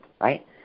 right